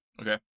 Okay